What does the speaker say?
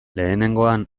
lehenengoan